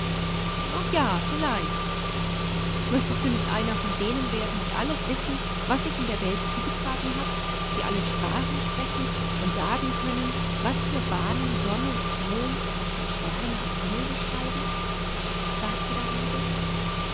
der junge möchtest du nicht einer von denen werden die krankheiten heilen können fragte der rabe ach ja vielleicht möchtestdunichteinervondenenwerden diealleswissen wassichinder welt zugetragen hat die alle sprachen sprechen und sagen können was für bahnen sonne und mond und sterne am himmel beschreiben sagte der rabe